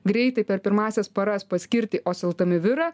greitai per pirmąsias paras paskirti oseltamivirą